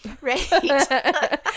Right